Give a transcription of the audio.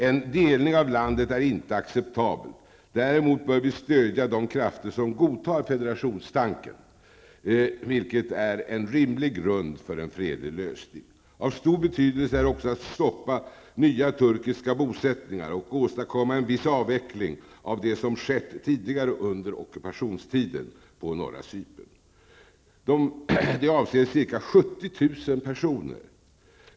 En delning av landet är inte acceptabelt. Däremot bör vi stödja de krafter som godtar federationstanken, vilket är en rimlig grund för en fredlig lösning. Av stor betydelse är också att stoppa nya turkiska bosättningar och åstadkomma en viss avveckling av dem som skett tidigare under ockupationstiden på norra Cypern. De avser ca 70 000 personer.